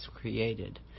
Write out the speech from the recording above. created